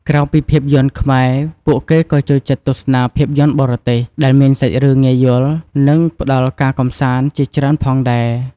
ក្រៅពីភាពយន្តខ្មែរ ពួកគេក៏ចូលចិត្តទស្សនាភាពយន្តបរទេស ដែលមានសាច់រឿងងាយយល់ និងផ្ដល់ការកម្សាន្តជាច្រើនផងដែរ។